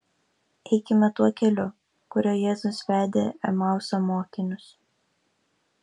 eikime tuo keliu kuriuo jėzus vedė emauso mokinius